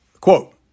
Quote